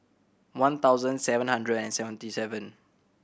one thousand seven hundred and seventy seven